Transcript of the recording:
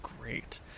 great